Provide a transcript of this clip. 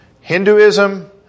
Hinduism